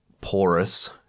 porous